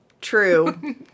True